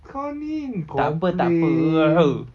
kau ni complain